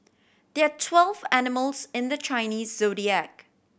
there are twelve animals in the Chinese Zodiac